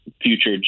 future